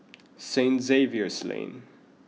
Sing Xavier's Lane